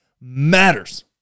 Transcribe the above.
matters